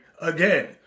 again